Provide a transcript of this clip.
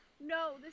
No